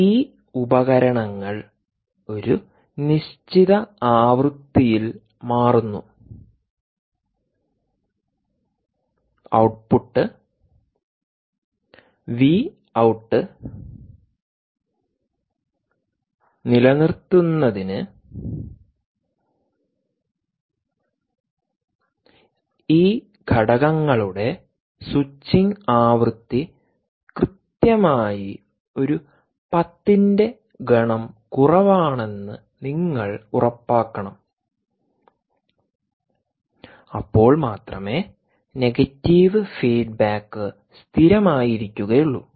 ഈ ഉപകരണങ്ങൾ ഒരു നിശ്ചിത ആവൃത്തിയിൽ മാറുന്നു ഔട്ട്പുട്ട് വി ഔട്ട് നിലനിർത്തുന്നതിന് ഈ ഘടകങ്ങളുടെ സ്വിച്ചിംഗ് ആവൃത്തി കൃത്യമായി ഒരു പത്തിൻറെ ഗണം കുറവാണെന്ന് നിങ്ങൾ ഉറപ്പാക്കണം അപ്പോൾ മാത്രമേ നെഗറ്റീവ് ഫീഡ്ബാക്ക് സ്ഥിരമായിരിക്കുകയുളളൂ